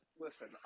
listen